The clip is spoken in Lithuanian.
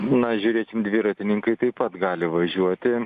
na žiūrėkim dviratininkai taip pat gali važiuoti